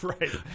Right